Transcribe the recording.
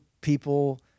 people